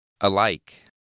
Alike